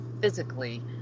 physically